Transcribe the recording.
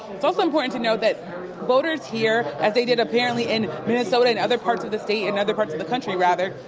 it's also important to note that voters here, as they did, apparently, in minnesota, in other parts of the state in other parts of the country, rather,